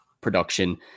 production